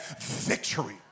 victory